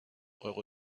euro